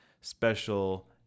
special